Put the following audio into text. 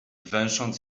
węsząc